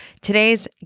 Today's